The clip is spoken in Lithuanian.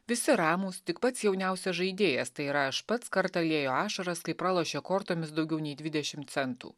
visi ramūs tik pats jauniausias žaidėjas tai yra aš pats kartą liejo ašaras kai pralošė kortomis daugiau nei dvidešim centų